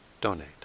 donate